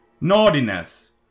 naughtiness